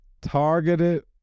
Targeted